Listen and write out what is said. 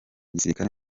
gisirikare